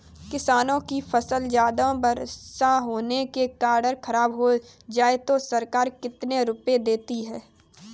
किसानों की फसल ज्यादा बरसात होने के कारण खराब हो जाए तो सरकार कितने रुपये देती है?